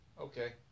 Okay